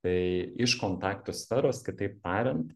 tai iš kontaktų sferos kitaip tariant